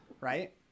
Right